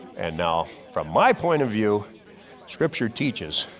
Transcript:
and now from my point of view scripture teaches